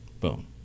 boom